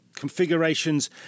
configurations